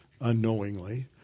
unknowingly